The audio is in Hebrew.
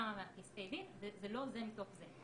כמה פסקי דין וזה לא זה מתוך זה,